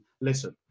listen